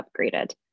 upgraded